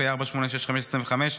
פ/4709/25,